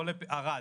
ערד,